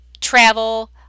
travel